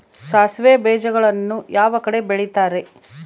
ಸಾಸಿವೆ ಬೇಜಗಳನ್ನ ಯಾವ ಕಡೆ ಬೆಳಿತಾರೆ?